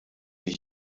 wie